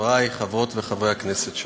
חברי חברות וחברי הכנסת,